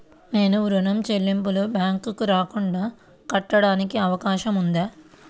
నేను ఋణం చెల్లింపులు బ్యాంకుకి రాకుండా కట్టడానికి అవకాశం ఉందా?